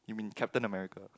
you mean Captain-America